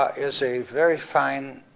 ah is a very fine,